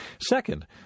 Second